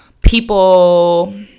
people